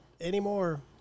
Anymore